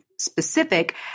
specific